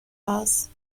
است